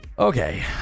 okay